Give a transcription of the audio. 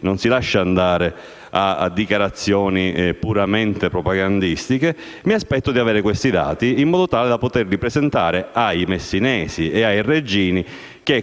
non si lascia andare a dichiarazioni puramente propagandistiche, mi aspetto di avere i dati in modo tale da poterli presentare ai messinesi e ai reggini, i